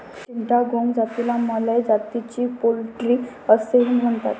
चिटागोंग जातीला मलय जातीची पोल्ट्री असेही म्हणतात